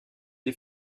les